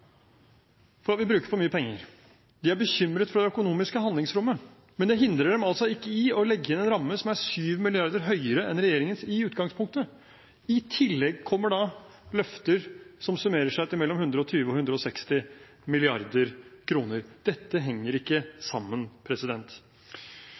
for at vi bruker for mye penger, de er bekymret for det økonomiske handlingsrommet. Men det hindrer dem altså ikke i å legge inn en ramme som er 7 mrd. kr høyere enn regjeringens i utgangspunktet. I tillegg kommer løfter som summerer seg til mellom 120 mrd. kr og 160 mrd. kr. Dette henger ikke